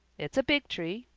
it's a big tree,